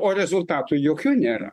o rezultatų jokių nėra